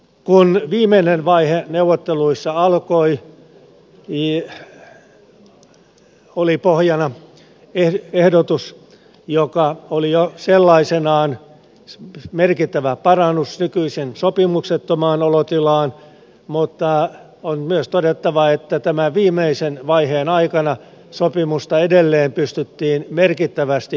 kun viimeinen vaihe neuvotteluissa alkoi oli pohjana ehdotus joka oli jo sellaisenaan merkittävä parannus nykyiseen sopimuksettomaan olotilaan mutta on myös todettava että tämän viimeisen vaiheen aikana sopimusta pystyttiin edelleen merkittävästi parantamaan